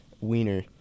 wiener